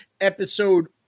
Episode